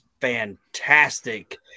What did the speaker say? fantastic